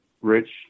Rich